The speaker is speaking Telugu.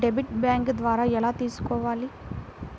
డెబిట్ బ్యాంకు ద్వారా ఎలా తీసుకోవాలి?